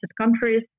countries